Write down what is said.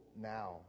now